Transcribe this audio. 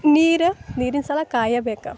ನೀರು ನೀರಿನ ಸಲ ಕಾಯಬೇಕು